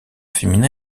féminin